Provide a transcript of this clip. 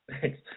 Thanks